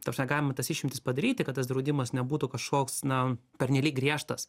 ta prasme galime tas išimtis padaryti kad tas draudimas nebūtų kažkoks na pernelyg griežtas